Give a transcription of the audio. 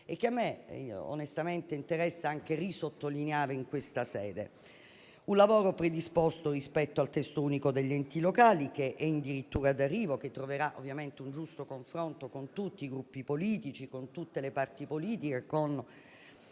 e a me, onestamente, interessa sottolinearlo nuovamente in questa sede. È un lavoro, predisposto rispetto al Testo unico degli enti locali, che è in dirittura d'arrivo, che troverà un giusto confronto con tutti i Gruppi politici, con tutte le parti politiche